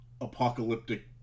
apocalyptic